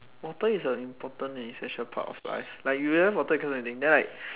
water is an important and essential part of life like you don't have water you cannot do anything